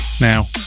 Now